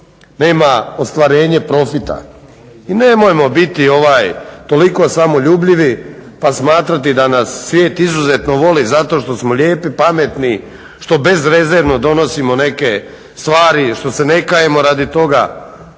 nema ostvarenje profita. I nemojmo biti toliko samoljubivi pa smatrati da nas svijet izuzetno voli zato što smo lijepi, pametni, što bezrezervno donosimo neke stvari, što se ne kajemo radi toga.